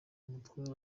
umutware